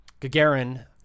Gagarin